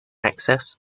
access